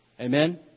Amen